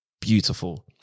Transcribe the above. beautiful